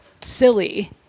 silly